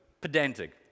pedantic